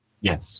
yes